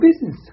business